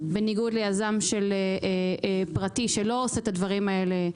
בניגוד ליזם פרטי שלא עושה את הדברים האלה.